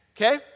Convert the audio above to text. okay